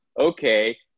Okay